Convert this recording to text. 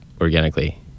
organically